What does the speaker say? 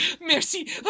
mercy